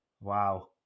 Wow